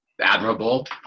admirable